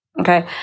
Okay